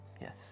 Yes